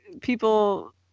people